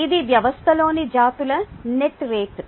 ఇది వ్యవస్థలోని జాతుల నెట్ రేటు